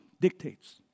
dictates